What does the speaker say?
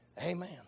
Amen